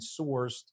sourced